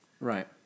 Right